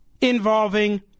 involving